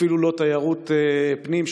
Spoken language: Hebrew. אפילו לא תיירות פנים,